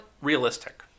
realistic